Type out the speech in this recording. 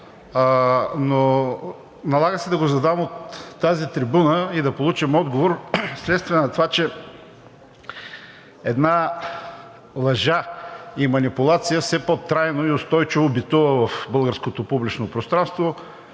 Налага се да го задам от тази трибуна и да получим отговор вследствие на това, че една лъжа и манипулация все по-трайно и устойчиво битува в българското публично пространство,